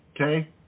okay